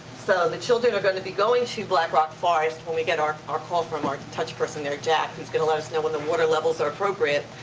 so the children are gonna be going to black rock forest when we get our our call from our touch person there, jack, who's gonna let us know when the water levels are appropriate.